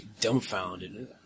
dumbfounded